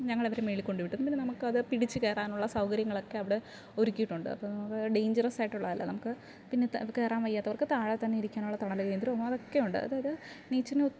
ഞങ്ങളെ അവര് മുകളിൽ വിട്ടു അപ്പോൾ നമുക്കത് പിടിച്ച് കയറാനുള്ള സൗകര്യങ്ങളൊക്കെ അവിടെ ഒരുക്കിയിട്ടുണ്ട് അപ്പോൾ ഡേൻജെറസായിട്ടുള്ളതല്ല നമുക്ക് പിന്നെ കയറാൻ വയ്യാത്തവർക്ക് താഴെത്തന്നെ ഇരിക്കാനുള്ള തണല് കേന്ദ്രവും അതൊക്കെയുണ്ട് അത്ഒര് നേച്ചറിന് ഒട്ടും